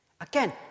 Again